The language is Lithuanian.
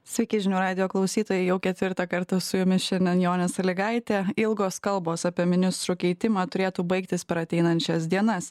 sveiki žinių radijo klausytojai jau ketvirtą kartą su jumis šiandien jonė salygaitė ilgos kalbos apie ministrų keitimą turėtų baigtis per ateinančias dienas